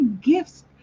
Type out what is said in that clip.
gifts